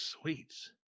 sweets